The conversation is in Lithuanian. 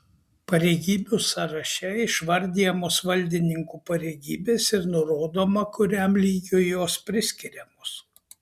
pareigybių sąraše išvardijamos valdininkų pareigybės ir nurodoma kuriam lygiui jos priskiriamos